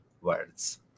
words